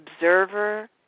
observer